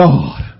God